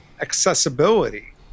accessibility